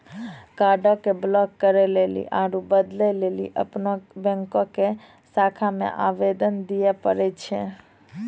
कार्डो के ब्लाक करे लेली आरु बदलै लेली अपनो बैंको के शाखा मे आवेदन दिये पड़ै छै